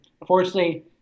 unfortunately